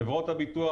חברות הביטוח,